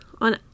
on